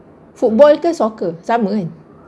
football ke soccer sama kan